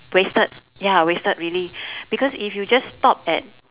wasted ya wasted really because if you just stop at